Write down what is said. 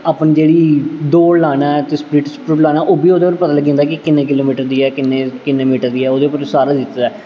अपनी जेह्ड़ी दौड़ लाना ऐ स्प्रिंट स्प्रुंट लाना ओह् बी ओह्दे पर पता लग्गी जंदा ऐ कि किन्ने किलोमीटर दी ऐ किन्ने किन्ने मीटर दी ऐ ओह्दे पर सारा दित्ता दा ऐ